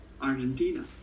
Argentina